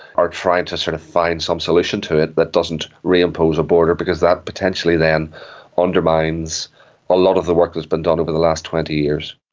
are trying to sort of find some solution to it that doesn't reimpose a border, because that potentially then undermines a lot of the work that's been done over the last twenty years.